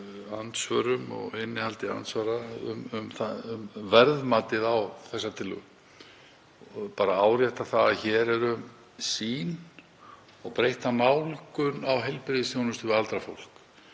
andsvörum og innihaldi andsvara um verðmatið á þessari tillögu. Ég vil árétta að hér er um sýn og breytta nálgun á heilbrigðisþjónustu við aldrað fólk